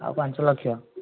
ଆଉ ପାଞ୍ଚ ଲକ୍ଷ